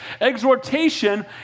exhortation